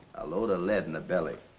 load of lead in the belly.